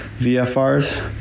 VFRs